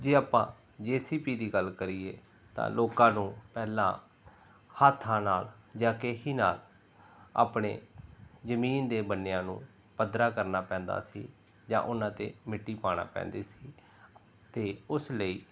ਜੇ ਆਪਾਂ J C B ਦੀ ਗੱਲ ਕਰੀਏ ਤਾਂ ਲੋਕਾਂ ਨੂੰ ਪਹਿਲਾਂ ਹੱਥਾਂ ਨਾਲ ਜਾਂ ਕਹੀ ਨਾਲ ਆਪਣੇ ਜ਼ਮੀਨ ਦੇ ਬੰਨ੍ਹਿਆਂ ਨੂੰ ਪੱਧਰਾ ਕਰਨਾ ਪੈਂਦਾ ਸੀ ਜਾਂ ਉਹਨਾਂ 'ਤੇ ਮਿੱਟੀ ਪਾਉਣਾ ਪੈਂਦੀ ਸੀ ਅਤੇ ਉਸ ਲਈ